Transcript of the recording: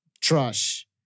trash